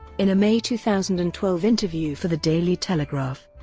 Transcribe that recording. in a may two thousand and twelve interview for the daily telegraph,